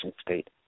state